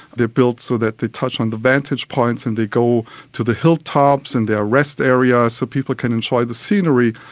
they're built so that they touch on the vantage points, and they go to the hilltops, and there are rest areas so people can enjoy the scenery.